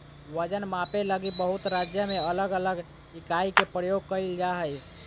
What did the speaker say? वजन मापे लगी बहुत राज्य में अलग अलग इकाई के प्रयोग कइल जा हइ